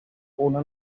una